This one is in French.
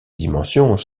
dimensions